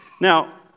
Now